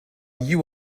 you